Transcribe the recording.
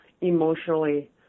emotionally